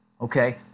okay